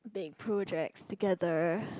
did projects together